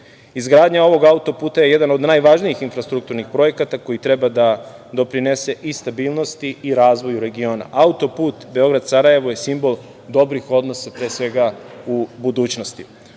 evra. Izgradnja ovog autoputa je jedan od najvažnijih infrastrukturnih projekata koji treba da doprinese i stabilnosti i razvoju regiona. Autoput Beograd Sarajevo je simbol dobrih odnosa, pre svega u budućnosti. Ovaj